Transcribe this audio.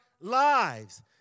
lives